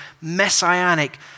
messianic